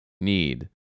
need